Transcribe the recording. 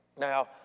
Now